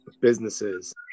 businesses